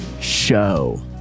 show